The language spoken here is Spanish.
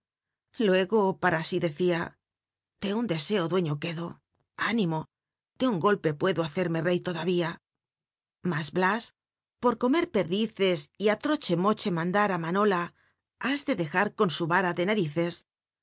luego para í tlecia de un dc co dudin r uctln ni mo de un golpe puedo llacerme re lod ía las bias por comer pcnlicc y á trochc mocho lllltndar a manola has de dejar con su rara de narices